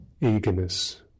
eagerness